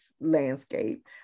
landscape